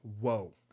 whoa